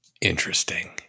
Interesting